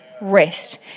rest